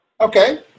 Okay